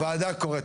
הוועדה קוראת,